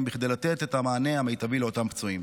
כדי לתת את המענה המיטבי לאותם פצועים.